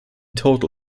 total